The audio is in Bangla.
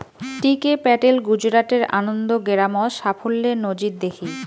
টি কে প্যাটেল গুজরাটের আনন্দ গেরামত সাফল্যের নজির দ্যাখি